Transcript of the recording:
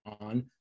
on